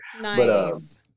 Nice